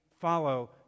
follow